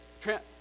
Trent